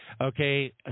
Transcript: Okay